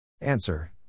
Answer